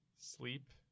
sleep